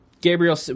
Gabriel